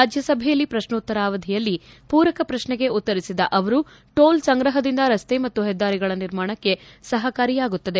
ರಾಜ್ಯಸಭೆಯಲ್ಲಿ ಪ್ರಶ್ನೋತ್ತರ ಅವಧಿಯಲ್ಲಿ ಪೂರಕ ಪ್ರಶ್ನೆಗೆ ಉತ್ತರಿಸಿದ ಅವರು ಟೋಲ್ ಸಂಗ್ರಹದಿಂದ ರಸ್ತೆ ಮತ್ತು ಹೆದ್ದಾರಿಗಳ ನಿರ್ಮಾಣಕ್ಕೆ ಸಹಕಾರಿಯಾಗುತ್ತದೆ